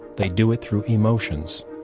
they do it through emotions.